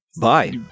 bye